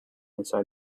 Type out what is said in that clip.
inside